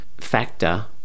factor